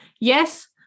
Yes